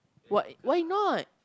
w~ why not